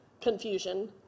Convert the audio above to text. confusion